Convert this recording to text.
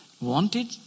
wanted